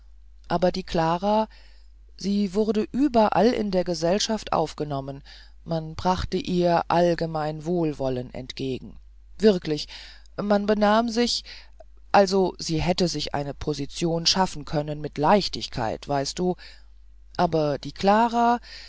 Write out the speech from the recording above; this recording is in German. aber die klara sie wurde überall in der gesellschaft aufgenommen man brachte ihr allgemein wohlwollen entgegen wirklich man benahm sich also sie hätte sich eine position schaffen können mit leichtigkeit weißt du aber die klara